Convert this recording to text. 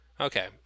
Okay